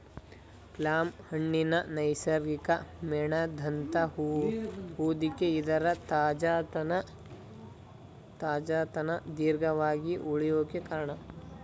plum ಹಣ್ಣಿನ ನೈಸರ್ಗಿಕ ಮೇಣದಂಥ ಹೊದಿಕೆ ಇದರ ತಾಜಾತನ ದೀರ್ಘವಾಗಿ ಉಳ್ಯೋಕೆ ಕಾರ್ಣ